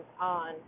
on